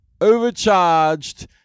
Overcharged